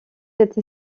cette